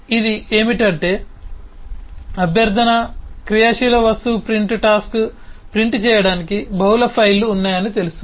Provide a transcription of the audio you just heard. ఇది ఏమిటంటే అభ్యర్థన క్రియాశీల వస్తువు ప్రింట్ టాస్క్ ప్రింట్ చేయడానికి బహుళ ఫైళ్లు ఉన్నాయని తెలుస్తుంది